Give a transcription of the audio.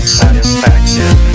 satisfaction